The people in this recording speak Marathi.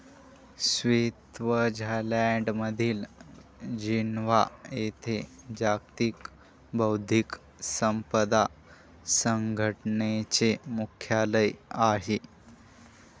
स्वित्झर्लंडमधील जिनेव्हा येथे जागतिक बौद्धिक संपदा संघटनेचे मुख्यालय आहे